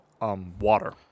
Water